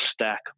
stack